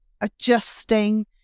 adjusting